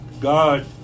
God